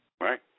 Right